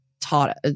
taught